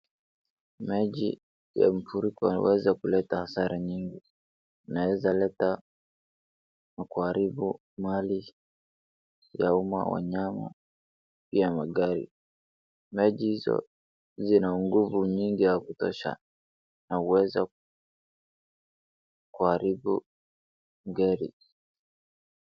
Maji ya mafuriko imeweza kuleta hasara nyingi. Inawezaleta na kuharibu mali ya umma, wanyama pia magari. Maji hizo zina nguvu nyingi ya kutosha, inaweza kuharibu gari.